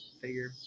figure